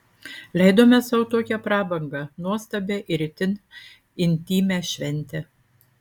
leidome sau tokią prabangą nuostabią ir itin intymią šventę